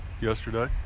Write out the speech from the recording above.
yesterday